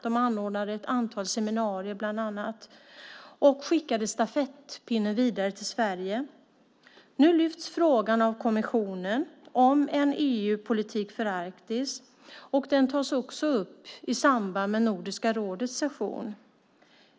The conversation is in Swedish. De anordnade bland annat ett antal seminarier och skickade stafettpinnen vidare till Sverige. Nu lyfter kommissionen upp frågan om en EU-politik för Arktis. Den tas också upp i samband med Nordiska rådets session.